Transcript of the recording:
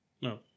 No